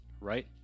right